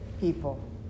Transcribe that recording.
people